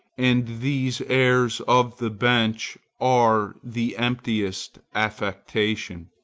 and these airs of the bench are the emptiest affectation.